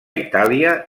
itàlia